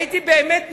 הייתי באמת מתעצבן.